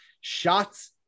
shots